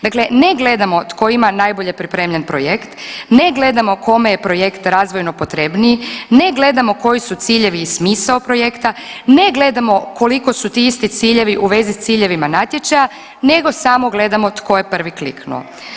Dakle, ne gledamo tko ima najbolje tko ima najbolje pripremljen projekt, ne gledamo kome je projekt razvojno potrebniji, ne gledamo koji su ciljevi i smisao projekta, ne gledamo koliko su ti isti ciljevi u vezi s ciljevima natječaja nego samo gledamo tko je prvi kliknuo.